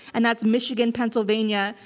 and that's michigan, pennsylvania,